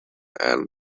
and